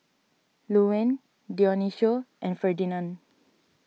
Luanne Dionicio and Ferdinand